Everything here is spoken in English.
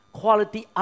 quality